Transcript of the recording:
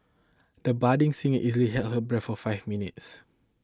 the budding singer easily held her breath for five minutes